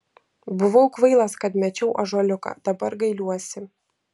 buvau kvailas kad mečiau ąžuoliuką dabar gailiuosi